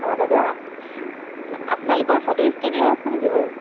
অঁ দাদা আপোনা আপোনালোকৰ ফটো ষ্টুডিঅ' আছে নেকি বাৰু